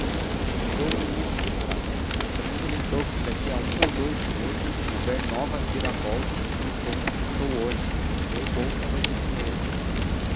lembrou-me isso em caminho mas também me lembrou que se daqui a um ou dous meses houver nova reviravolta fico no ponto em que estou hoje e perco outra vez o dinheiro